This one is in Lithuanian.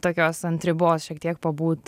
tokios ant ribos šiek tiek pabūt